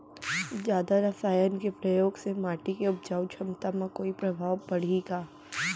जादा रसायन के प्रयोग से माटी के उपजाऊ क्षमता म कोई प्रभाव पड़ही का?